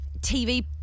TV